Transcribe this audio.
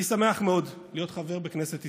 אני שמח מאוד להיות חבר בכנסת ישראל,